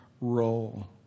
role